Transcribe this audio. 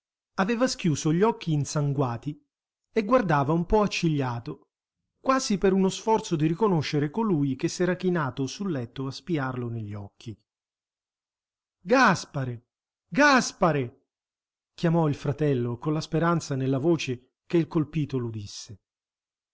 aveva schiuso gli occhi insanguati e guardava un po accigliato quasi per uno sforzo di riconoscere colui che s'era chinato sul letto a spiarlo negli occhi gaspare gaspare chiamò il fratello con la speranza nella voce che il colpito l'udisse